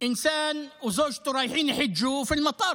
אדם ואשתו שהיו בדרך לעלייה לרגל,